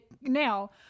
Now